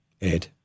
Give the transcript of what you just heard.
Ed